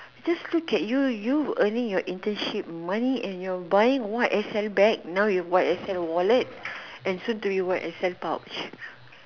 just look at you you earning your internship money and you're buying Y_S_L bag and now you Y_S_L wallet and soon to be Y_S_L pouch